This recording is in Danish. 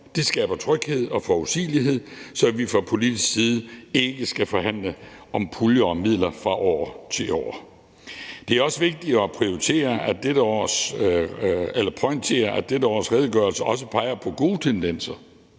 Det skaber tryghed og forudsigelighed, så vi fra politisk side ikke skal forhandle om puljer og midler fra år til år. Det er også vigtigt at pointere, at dette års redegørelse også peger på gode tendenser